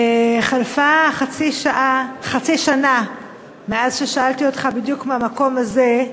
חלפה חצי שנה מאז שאלתי אותך, בדיוק מהמקום הזה,